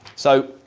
so.